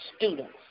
students